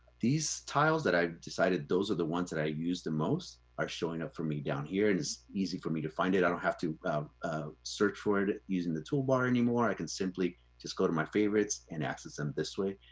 these tiles that i've decided those are the ones that i use the most, are showing up for me down here, and it's easy for me to find it. i don't have to search for it using the toolbar anymore. i can simply just go to my favorites and access them this way.